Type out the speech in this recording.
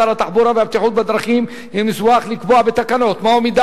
שר התחבורה והבטיחות בדרכים יהיה מוסמך לקבוע בתקנות מהו מידע